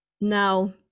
Now